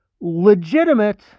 legitimate